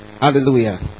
Hallelujah